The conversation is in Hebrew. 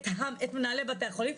את מנהלי בתי החולים,